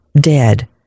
dead